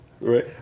Right